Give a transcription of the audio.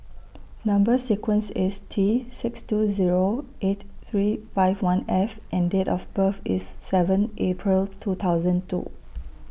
Number sequence IS T six two Zero eight three five one F and Date of birth IS seven April two thousand two